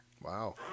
wow